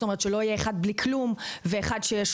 כלומר שלא יהיה אחד בלי כלום ואחד שיש